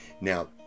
Now